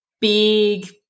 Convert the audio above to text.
big